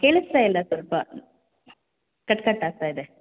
ಕೇಳಿಸ್ತಾ ಇಲ್ಲ ಸ್ವಲ್ಪ ಕಟ್ ಕಟ್ ಆಗ್ತಾ ಇದೆ